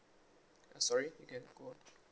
sorry you can go on